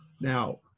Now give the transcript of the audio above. Now